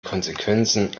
konsequenzen